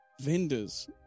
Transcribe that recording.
vendors